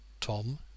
Tom